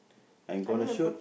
I'm gonna shoot